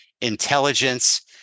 Intelligence